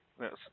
Yes